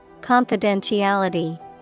Confidentiality